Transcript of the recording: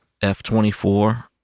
F24